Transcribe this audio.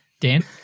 Dan